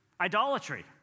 Idolatry